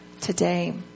today